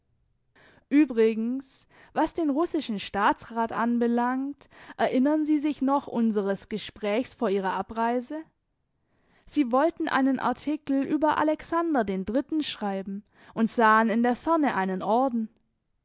übrigens was den russischen staatsrat anbelangt erinnern sie sich noch unseres gesprächs vor ihrer abreise sie wollten einen artikel über alexander den dritten schreiben und sahen in der ferne einen orden